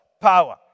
power